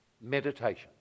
Meditation